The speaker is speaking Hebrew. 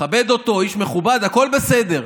אני מכבד אותו, הוא איש מכובד, הכול בסדר,